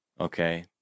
Okay